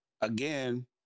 again